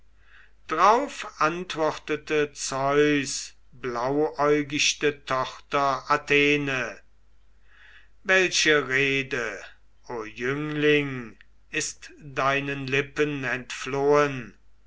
drauf antwortete zeus blauäugichte tochter athene welche rede o jüngling ist deinen lippen entflohen